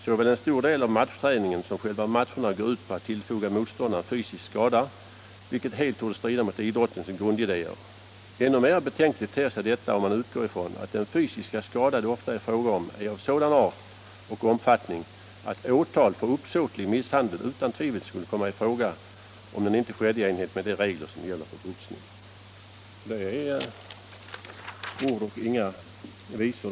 — Såväl en stor del av matchträningen som själva matcherna går ut på att tillfoga motståndaren fysisk skada, vilket helt torde strida mot idrottens grundidéer. Ännu mera betänkligt ter sig detta om man utgår ifrån att den fysiska skada det ofta är fråga om är av sådan art och omfattning att åtal för uppsåtlig misshandel utan tvivel skulle komma i fråga om den inte skedde i enlighet med de regler, som gäller för boxning.” — Det är ord och inga visor.